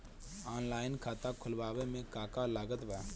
Online खाता खुलवावे मे का का लागत बा?